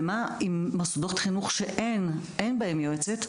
ומה עם מוסדות חינוך שאין בהם יועצת?